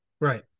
Right